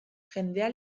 jendea